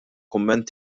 kumment